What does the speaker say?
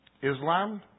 Islam